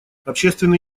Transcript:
общественные